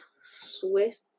swiss